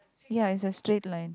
ya it's a straight line